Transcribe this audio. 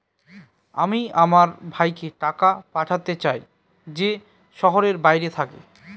আমি আমার ভাইকে টাকা পাঠাতে চাই যে শহরের বাইরে থাকে